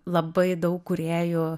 labai daug kūrėjų